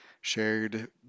shared